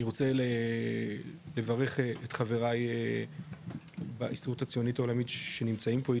אני רוצה לברך את חבריי בהסתדרות הציונית העולמים שנמצאים פה איתנו,